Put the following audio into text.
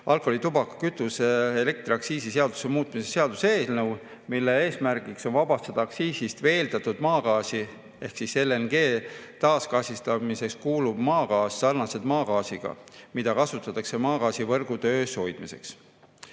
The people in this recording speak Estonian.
alkoholi‑, tubaka‑, kütuse‑ ja elektriaktsiisi seaduse muutmise seaduse eelnõu, mille eesmärk on vabastada aktsiisist veeldatud maagaasi ehk LNG taasgaasistamiseks kuluv maagaas sarnaselt maagaasiga, mida kasutatakse maagaasivõrgu töös hoidmiseks.